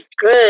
good